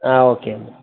ആ ഓക്കെ എന്നാൽ